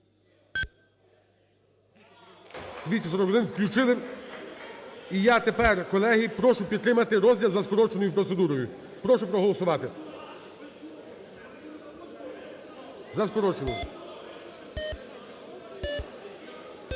За-241 Включили. І я тепер, колеги, прошу підтримати розгляд за скороченою процедурою. Прошу проголосувати за скорочену.